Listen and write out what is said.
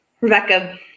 rebecca